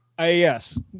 Yes